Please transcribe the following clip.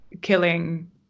killing